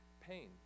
pain